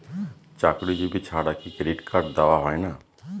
চাকুরীজীবি ছাড়া কি ক্রেডিট কার্ড দেওয়া হয় না?